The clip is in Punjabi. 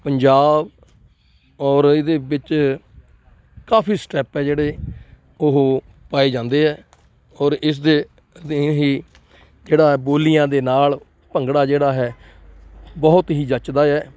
ਪੰਜਾਬ ਔਰ ਇਹਦੇ ਵਿੱਚ ਕਾਫ਼ੀ ਸਟੈਪ ਆ ਜਿਹੜੇ ਉਹ ਪਾਏ ਜਾਂਦੇ ਆ ਔਰ ਇਸਦੇ ਅਧੀਨ ਹੀ ਜਿਹੜਾ ਬੋਲੀਆਂ ਦੇ ਨਾਲ ਭੰਗੜਾ ਜਿਹੜਾ ਹੈ ਬਹੁਤ ਹੀ ਜੱਚਦਾ ਹੈ